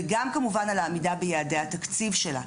וגם כמובן על העמידה ביעדי התקציב שלה.